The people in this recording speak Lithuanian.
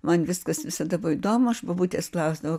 man viskas visada buvo įdomu aš bobutės klausdavau